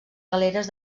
galeres